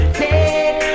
take